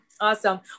Awesome